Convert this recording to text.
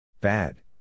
Bad